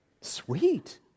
Sweet